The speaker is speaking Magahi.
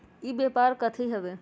ई व्यापार कथी हव?